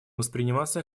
восприниматься